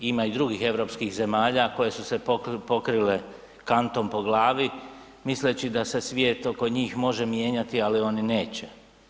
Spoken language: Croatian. Ima i drugih europskih zemalja koje su se pokrile kantom po glavi, misleći da se svijet oko njih može mijenjati, ali oni neće.